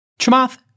Chamath